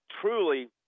Truly